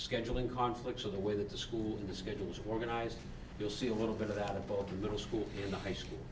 scheduling conflicts or the way that the schools in the schedules organized you'll see a little bit of that of both a middle school in the high school